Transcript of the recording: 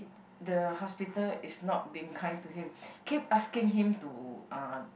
the hospital is not being kind to him keep asking him to uh